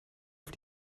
auf